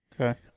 Okay